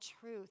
truth